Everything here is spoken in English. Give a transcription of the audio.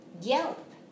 Yelp